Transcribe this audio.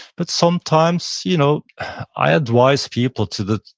but sometimes, you know i advise people to the,